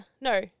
No